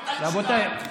רבותיי,